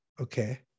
Okay